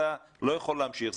אתה לא יכול להמשיך.